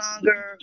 longer